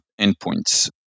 endpoints